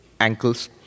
ankles